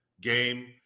game